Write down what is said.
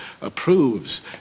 approves